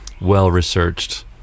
well-researched